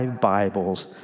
Bibles